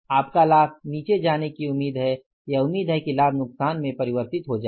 आपका लाभ नीचे जाने की उम्मीद है या उम्मीद है कि लाभ नुकसान में परिवर्तित हो जाए